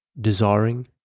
desiring